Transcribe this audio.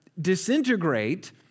disintegrate